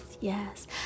yes